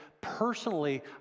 personally